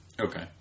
Okay